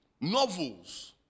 novels